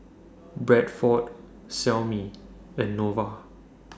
Bradford Xiaomi and Nova